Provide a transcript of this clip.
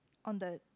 on the